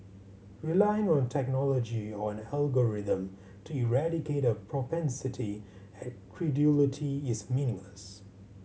relying on technology or an algorithm to eradicate a propensity at credulity is meaningless